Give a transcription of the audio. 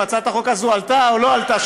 אם הצעת החוק הזאת עלתה או לא עלתה,